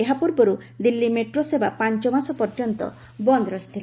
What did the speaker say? ଏହା ପୂର୍ବରୁ ଦିଲ୍ଲୀ ମେଟ୍ରୋ ସେବା ପାଞ୍ଚ ମାସ ପର୍ଯ୍ୟନ୍ତ ବନ୍ଦ ରହିଥିଲା